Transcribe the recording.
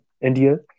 India